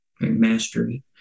mastery